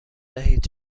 دهید